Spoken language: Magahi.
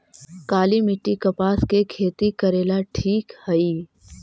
काली मिट्टी, कपास के खेती करेला ठिक हइ?